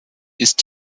ist